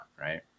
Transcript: right